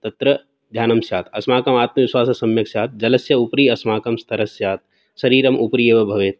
तत्र ध्यानं स्यात् अस्माकं आत्मविश्वासः सम्यक् स्यात् जलस्य उपरि अस्माकं स्तरस्स्यात् शरीरम् उपरि एव भवेत्